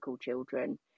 children